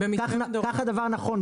כך הדבר נכון,